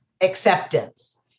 acceptance